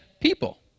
people